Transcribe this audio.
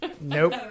Nope